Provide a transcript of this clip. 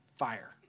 fire